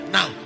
Now